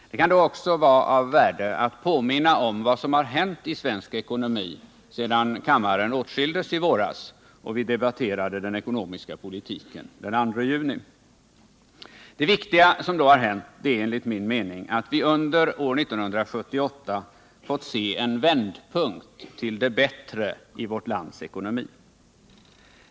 Det kan då vara av värde att också påminna om vad som hänt i svensk ekonomi sedan kammaren åtskildes i våras och sedan vi den 2 juni debatterade den ekonomiska politiken. Det viktiga som har hänt är enligt min mening att vi under 1978 fått se en vändpunkt till det bättre i vårt lands ekonomi.